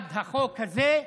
בעד החוק הזה,